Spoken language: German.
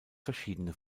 verschiedene